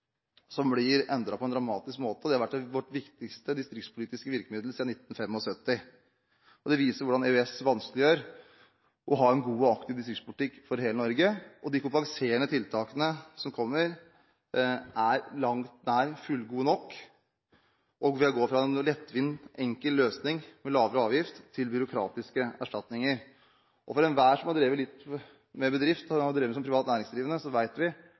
som blir endret på en dramatisk måte. Det har vært vårt viktigste distriktspolitiske virkemiddel siden 1975. Det viser hvordan EØS vanskeliggjør å ha en god og aktiv distriktspolitikk for hele Norge. De kompenserende tiltakene som kommer, er ikke på langt nær gode nok, og man går fra en lettvint, enkel løsning med lavere avgift til byråkratiske erstatninger. Enhver som har